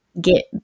get